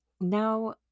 now